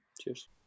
cheers